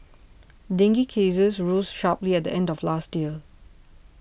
dengue cases rose sharply at the end of last year